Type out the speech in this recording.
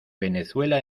venezuela